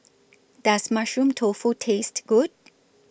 Does Mushroom Tofu Taste Good